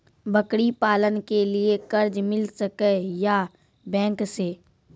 बकरी पालन के लिए कर्ज मिल सके या बैंक से?